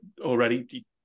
already